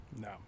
No